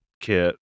kit